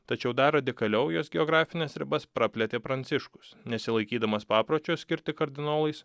tačiau dar radikaliau jos geografines ribas praplėtė pranciškus nesilaikydamas papročio skirti kardinolais